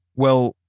well,